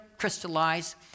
Crystallize